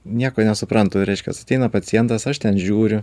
nieko nesuprantu reiškias ateina pacientas aš ten žiūriu